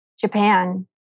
Japan